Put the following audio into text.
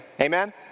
Amen